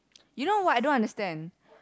you know what I don't understand